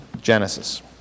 Genesis